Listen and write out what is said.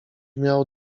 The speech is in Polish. miał